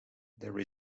there